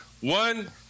one